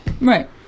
Right